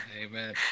amen